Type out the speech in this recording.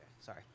Sorry